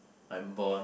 I'm born